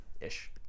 Ish